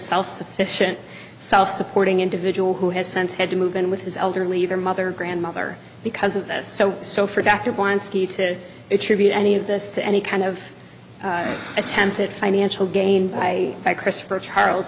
self sufficient self supporting individual who has since had to move in with his elderly her mother grandmother because of this so so for dr wants to attribute any of this to any kind of attempted financial gain by by christopher charles